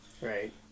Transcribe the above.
Right